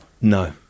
No